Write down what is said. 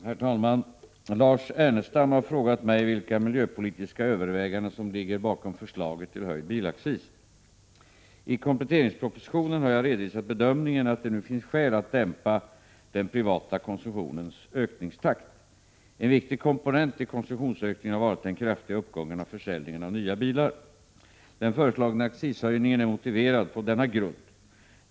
Herr talman! Lars Ernestam har frågat mig vilka miljöpolitiska överväganden som ligger bakom förslaget till höjd bilaccis. I kompletteringspropositionen har jag redovisat bedömningen att det nu finns skäl att dämpa den privata konsumtionens ökningstakt. En viktig komponent i konsumtionsökningen har varit den kraftiga uppgången av försäljningen av nya bilar. Den föreslagna accishöjningen är motiverad på denna grund.